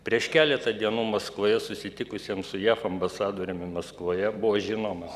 prieš keletą dienų maskvoje susitikusiam su jav ambasadoriumi maskvoje buvo žinoma